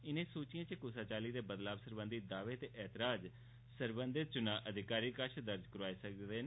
इनें सूचिएं च कुसा चाल्ली दे बदलाव सरबंधी दावे ते ऐतराज़ सरबंधत चुनां अधिकारी कश दर्ज करोआए जाई सकदे न